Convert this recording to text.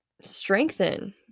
strengthen